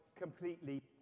completely